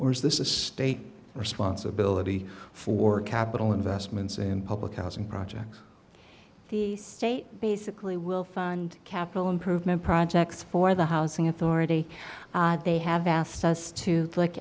or is this a state responsibility for capital investments in public housing projects the state basically will fund capital improvement projects for the housing authority they have asked us to look